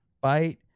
bite